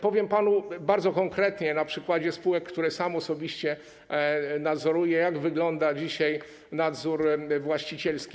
Powiem panu konkretnie, na przykładzie spółek, które sam osobiście nadzoruję, jak wygląda dzisiaj nadzór właścicielski.